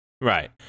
Right